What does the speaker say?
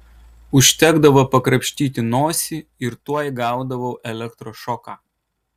užtekdavo pakrapštyti nosį ir tuoj gaudavau elektros šoką